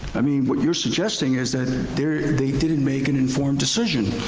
i mean, what you're suggesting is that they didn't make an informed decision.